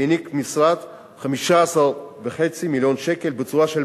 העניק המשרד 15.5 מיליון שקלים בצורה של